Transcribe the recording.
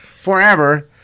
forever